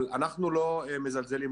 אבל אנחנו לא מזלזלים,